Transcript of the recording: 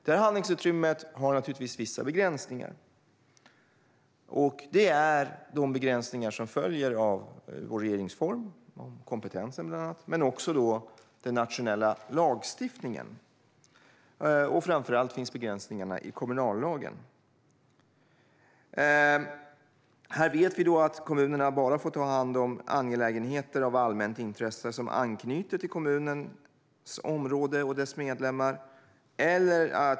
Detta handlingsutrymme har naturligtvis vissa begränsningar, och det är de begränsningar som följer av vår regeringsform om bland annat kompetensen men också av den nationella lagstiftningen. Framför allt finns begränsningarna i kommunallagen. Vi vet att kommunerna bara får ta hand om angelägenheter av allmänt intresse som anknyter till kommunens område och dess medborgare.